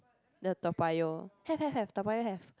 the Toa-Payoh have have have Toa-Payoh have